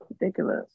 Ridiculous